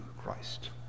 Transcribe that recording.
Christ